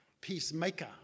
peace-maker